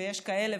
ויש כאלה,